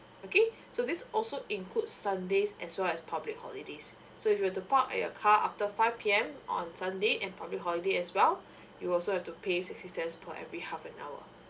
okay so this also include sunday as well as public holidays so if you were to park at your car after five P_M on sunday and public holiday as well you'll also have to pay sixty cents per every half an hour